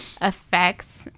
effects